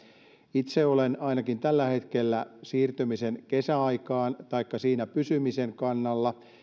itse olen ainakin tällä hetkellä kesäaikaan siirtymisen taikka siinä pysymisen kannalla